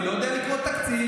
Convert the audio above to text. ולא יודע לקרוא תקציב.